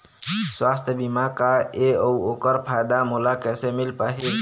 सुवास्थ बीमा का ए अउ ओकर फायदा मोला कैसे मिल पाही?